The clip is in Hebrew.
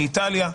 מאיטליה.